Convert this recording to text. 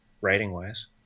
writing-wise